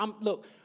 Look